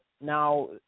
now